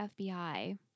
FBI